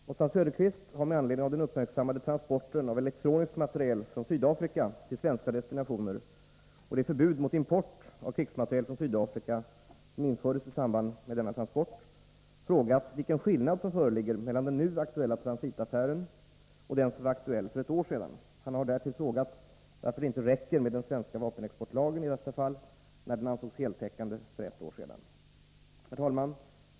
Herr talman! Oswald Söderqvist har, med anledning av den uppmärksammade transporten av elektronisk materiel från Sydafrika till svenska destinationer och det förbud mot import av krigsmateriel från Sydafrika som infördes i samband med denna transport, frågat vilken skillnad som föreligger mellan den nu aktuella transitaffären och den som var aktuell för ett år sedan. Han har därtill frågat, varför det inte räcker med den svenska vapenexportlagen i detta fall, när den ansågs heltäckande för ett år sedan. Herr talman!